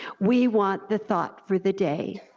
we want the thought for the day.